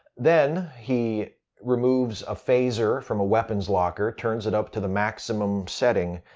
then, he removes a phaser from a weapons locker, turns it up to the maximum setting,